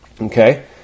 okay